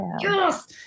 yes